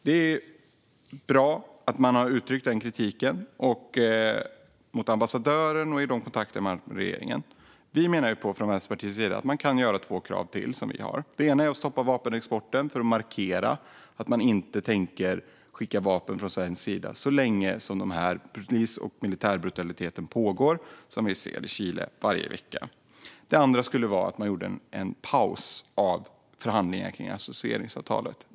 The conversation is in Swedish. Det är bra att man har uttryckt kritik till ambassadören och i de kontakter man har haft med regeringen. Vänsterpartiet har två krav till. Det ena är att stoppa vapenexporten för att markera att Sverige inte tänker skicka vapen så länge den aktuella polis och militärbrutaliteten pågår. Det andra är att göra paus i förhandlingarna om associeringsavtalet.